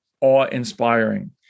awe-inspiring